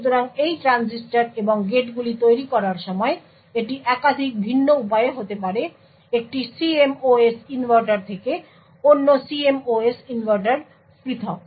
সুতরাং এই ট্রানজিস্টর এবং গেটগুলি তৈরি করার সময় এটি একাধিক ভিন্ন উপায়ে হতে পারে একটি CMOS ইনভার্টার অন্য CMOS ইনভার্টার থেকে পৃথক